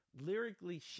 lyrically